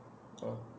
oh